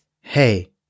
hey